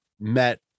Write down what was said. met